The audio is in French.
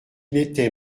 n’était